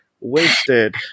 wasted